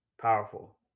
Powerful